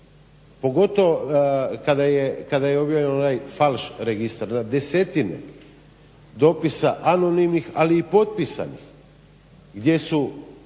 pogotovo kada je objavljen onaj falš registar na desetine dopisa anonimnih ali i potpisanih gdje su